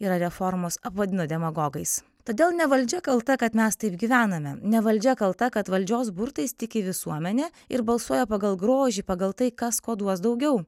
yra reformos apvadino demagogais todėl ne valdžia kalta kad mes taip gyvename ne valdžia kalta kad valdžios burtais tiki visuomenė ir balsuoja pagal grožį pagal tai kas ko duos daugiau